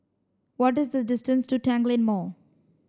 what is the distance to Tanglin Mall